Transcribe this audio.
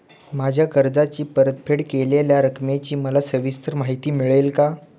माझ्या कर्जाची परतफेड केलेल्या रकमेची मला सविस्तर माहिती मिळेल का?